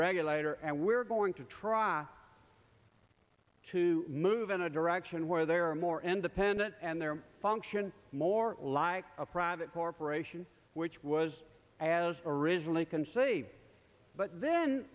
regulator and we're going to try to move in a direction where there are more independent and their function more like a private corporation which was as originally conceived but then